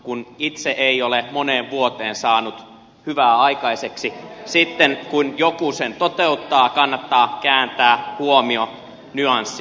kun itse ei ole moneen vuoteen saanut hyvää aikaiseksi sitten kun joku sen toteuttaa kannattaa kääntää huomio nyanssiin